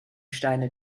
steine